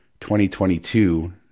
2022